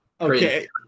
Okay